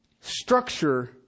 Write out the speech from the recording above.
structure